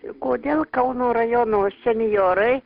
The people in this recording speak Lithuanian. kodėl kauno rajono senjorai